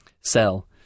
sell